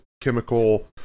chemical